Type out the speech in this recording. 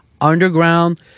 underground